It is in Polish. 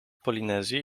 polinezji